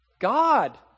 God